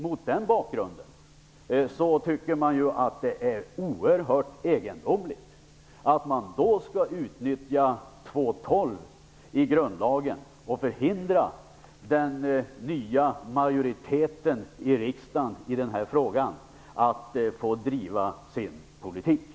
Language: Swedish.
Mot den bakgrunden är det oerhört egendomligt att utnyttja 2 kap. 12 § i grundlagen och förhindra den nya majoriteten i riksdagen att driva sin politik i den här frågan.